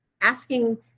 asking